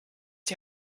die